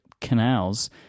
canals